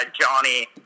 Johnny